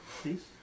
Please